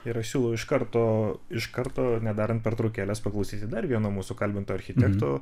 ir aš siūlau iš karto iš karto nedarant pertraukėlės paklausyti dar vieno mūsų kalbinto architekto